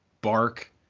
bark